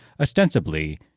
ostensibly